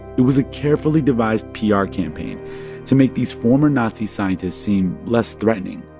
it was a carefully devised pr campaign to make these former nazi scientists seem less threatening,